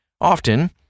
Often